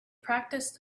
practiced